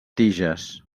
tiges